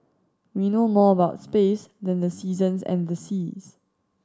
we know more about space than the seasons and the seas